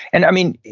and i mean,